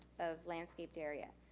of landscaped area.